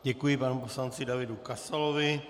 Děkuji panu poslanci Davidu Kasalovi.